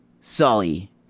Sully